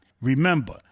Remember